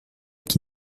qui